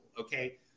okay